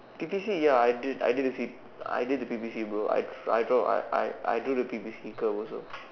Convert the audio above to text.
P_P_C ya I did I did the P I did the P_P_C bro I I draw I I I drew the P_P_C curve also